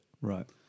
Right